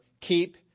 keep